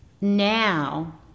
Now